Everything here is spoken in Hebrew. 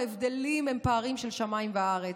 וההבדלים הם פערים של שמיים וארץ.